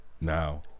Now